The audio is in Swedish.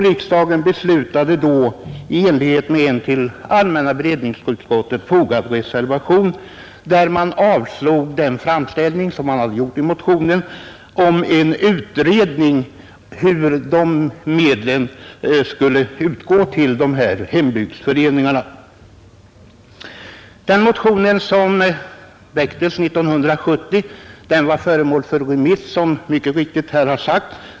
Riksdagen beslutade då i enlighet med en till utskottets utlåtande fogad reservation, där man avstyrkte motionsyrkandet om en utredning av hur ifrågavarande medel skulle utgå till hembygdsföreningarna. Den motionen, som väcktes 1970, var föremål för remissbehandling, såsom mycket riktigt här har sagts.